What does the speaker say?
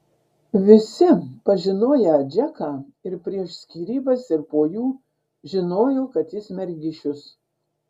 visi pažinoję džeką ir prieš skyrybas ir po jų žinojo kad jis mergišius